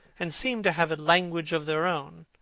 and seemed to have a language of their own.